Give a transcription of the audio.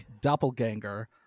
doppelganger